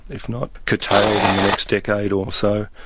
if not curtailed in the next decade or so.